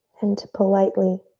and to politely,